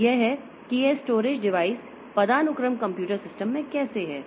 तो यह है कि यह स्टोरेज डिवाइस पदानुक्रम कंप्यूटर सिस्टम में कैसे है